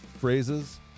phrases